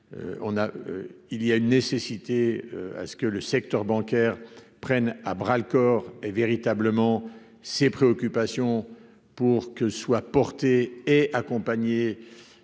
il y a une nécessité à ce que le secteur bancaire prenne à bras corps et véritablement ses préoccupations pour que soit porté et accompagné